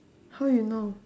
how you know